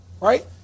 right